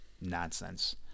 nonsense